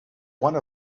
one